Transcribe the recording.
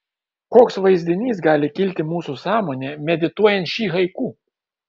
koks vaizdinys gali kilti mūsų sąmonėje medituojant šį haiku